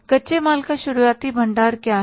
कच्चे माल का शुरुआती भंडार क्या है